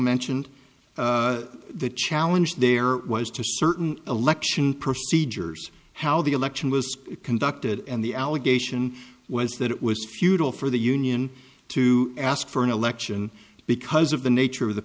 mentioned the challenge there was to certain election procedures how the election was conducted and the allegation was that it was futile for the union to ask for an election because of the nature of the